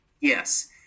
yes